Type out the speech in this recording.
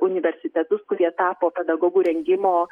universitetus kurie tapo pedagogų rengimo